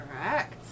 Correct